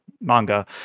manga